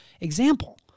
example